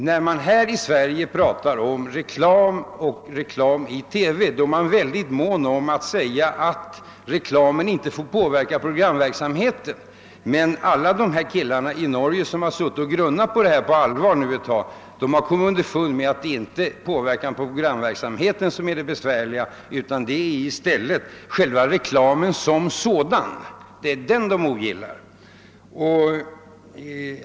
När man här i Sverige talar om reklam i TV är man mycket mån om att framhålla att reklamen inte får påverka programverksamheten. Men alla de här killarna i Norge som på allvar suttit och grunnat på detta har kommit underfund med att det inte är reklamens påverkan av programverksamheten som är det besvärliga utan det är reklamen som sådan. Det är den de ogillar.